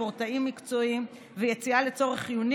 ספורטאים מקצועיים ויציאה לצורך חיוני